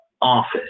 office